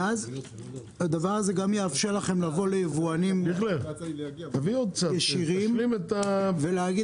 וזה יאפשר לכם לבוא ליבואנים ישירים ולהגיד